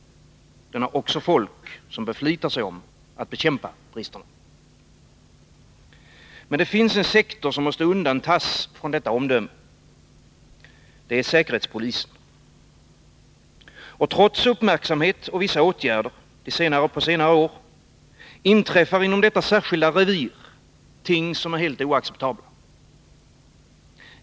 Den har också folk som beflitar sig om att bekämpa bristerna. Men det finns en sektor som måste undantas från detta omdöme. Det är säkerhetspolisen. Och trots uppmärksamhet och vissa åtgärder på senare år inträffar inom detta särskilda revir ting som är helt oacceptabla.